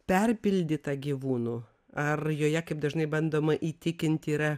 perpildyta gyvūnų ar joje kaip dažnai bandoma įtikinti yra